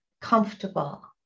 comfortable